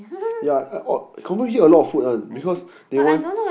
yea I or confirm eat a lot of food one because they want